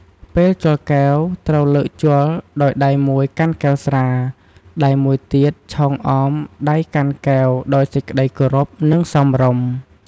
ពេលជល់កែវ ត្រូវលើកជល់ដោយដៃមួយកាន់កែវស្រា ដៃមួយទៀតឈោងអមដៃកាន់កែវ ដោយសេចក្ដីគោរព និងសមរម្យ។